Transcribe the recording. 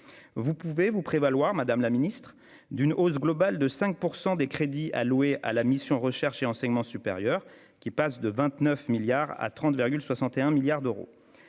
Vous pouvez vous prévaloir, madame la ministre, d'une hausse globale de 5 % des crédits alloués à la mission « Recherche et enseignement supérieur », qui passent de 29,07 milliards à 30,61 milliards d'euros.